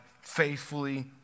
faithfully